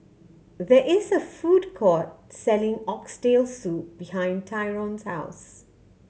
there is a food court selling Oxtail Soup behind Tyron's house